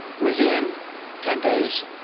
within ten days,